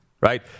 right